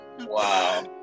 Wow